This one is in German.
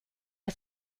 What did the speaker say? der